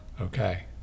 Okay